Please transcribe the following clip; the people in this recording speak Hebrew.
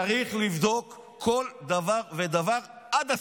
שצריך לבדוק כל דבר ודבר עד הסוף.